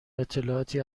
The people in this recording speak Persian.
اطلاعاتی